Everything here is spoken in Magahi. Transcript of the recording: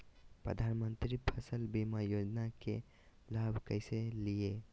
प्रधानमंत्री फसल बीमा योजना के लाभ कैसे लिये?